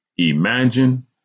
Imagine